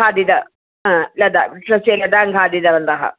खादितं लता वृक्षस्य लतां खादितवन्तः